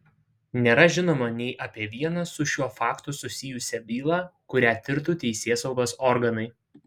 nėra žinoma nei apie vieną su šiuo faktu susijusią bylą kurią tirtų teisėsaugos organai